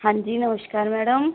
ਹਾਂਜੀ ਨਮਸਕਾਰ ਮੈਡਮ